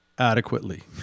adequately